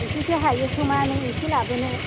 एसेसो हायो खोमा नों एसे लाबोनो